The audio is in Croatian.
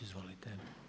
Izvolite.